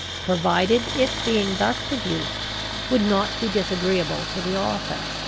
provided its being thus produced would not be disagreeable to the author.